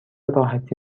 راحتی